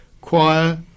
choir